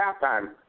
halftime